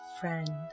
friend